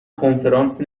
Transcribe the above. کنفرانس